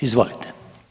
Izvolite.